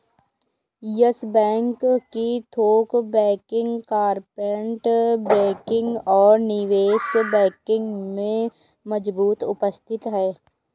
yes Bank की थोक banking, corporate banking और निवेश बैंकिंग में मजबूत उपस्थिति है